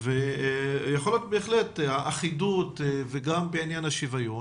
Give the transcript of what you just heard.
יכול להיות בהחלט אם תהיה אחידות זה יתרום לשוויון